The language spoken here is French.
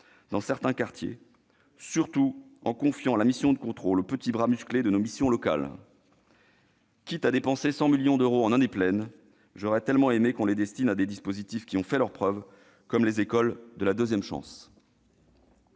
dans certains quartiers, surtout en confiant la mission de contrôle aux petits bras musclés de nos missions locales. Absolument ! Quitte à dépenser 100 millions d'euros en année pleine, j'aurais tellement aimé qu'on les destine à des dispositifs qui ont fait leurs preuves, comme les écoles de la deuxième chance.